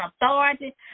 authority